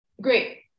Great